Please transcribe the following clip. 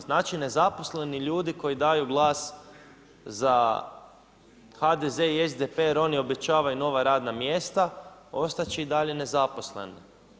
Znači nezaposleni ljudi koji daju glas za HDZ i SDP jer oni obećavaju nova radna mjesta ostat će i dalje nezaposleni.